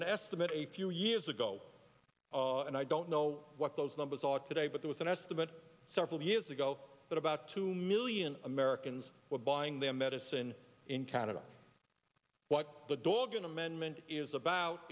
an estimate a few years ago and i don't know what those numbers thought today but there was an estimate several years ago that a two million americans were buying their medicine in canada what the dog an amendment is about